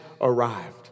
arrived